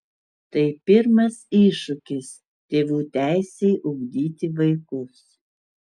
tai pirmas iššūkis tėvų teisei ugdyti vaikus